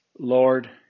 lord